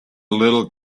little